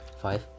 Five